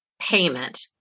payment